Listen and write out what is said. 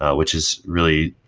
ah which is really,